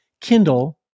Kindle